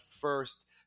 first